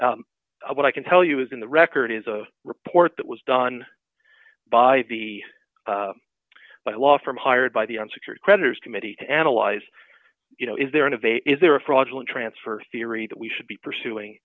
what i can tell you is in the record is a report that was done by the by law firm hired by the unsecured creditors committee to analyze you know is there innovate is there a fraudulent transfer theory that we should be pursuing